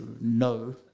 no